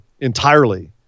entirely